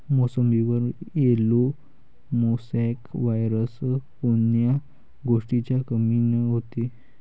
मोसंबीवर yellow mosaic virus कोन्या गोष्टीच्या कमीनं होते?